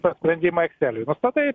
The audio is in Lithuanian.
tą sprendimą ekseliui nustatai